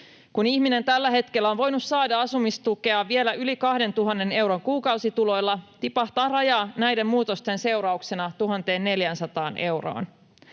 Kun ihminen tällä hetkellä on voinut saada asumistukea vielä yli 2 000 euron kuukausituloilla, tipahtaa raja näiden muutosten seurauksena 1 400 euroon.